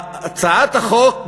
הצעת החוק,